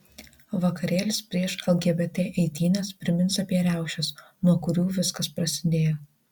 vakarėlis prieš lgbt eitynes primins apie riaušes nuo kurių viskas prasidėjo